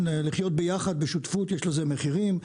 לחיות ביחד בשותפות, יש לזה מחירים.